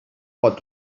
pot